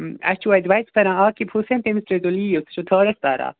اَسہِ چھُو اَتہِ بَچہٕ پران عاقِف حُسین تٔمِس ترٛٲوزیٚو لیٖو سُہ چھُو تھٲرڈَس پران